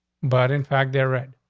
but in fact they're red.